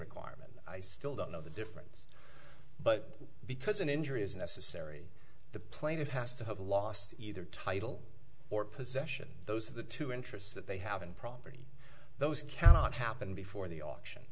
requirement i still don't know the difference but because an injury is necessary the plaintiff has to have lost either title or possession those are the two interests that they have in property those cannot happen before the auction